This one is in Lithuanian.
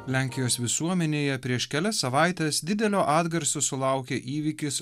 lenkijos visuomenėje prieš kelias savaites didelio atgarsio sulaukė įvykis